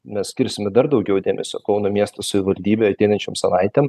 mes skirsime dar daugiau dėmesio kauno miesto savivaldybei ateinančiom savaitėm